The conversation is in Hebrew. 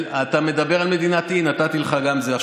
ולקרוא לנו מדינת אי זה פשוט פופוליזם